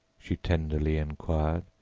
she tenderly inquired.